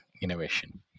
innovation